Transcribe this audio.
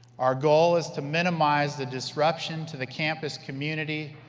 our goal is to minimize the disruption to the campus community,